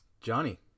Johnny